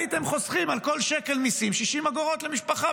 הייתם חוסכים על כל שקל מיסים 60 אגורות למשפחה.